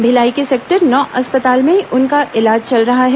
भिलाई के सेक्टर नौ अस्पताल में उनका इलाज चल रहा है